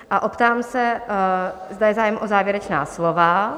A optám se, zda je zájem o závěrečná slova?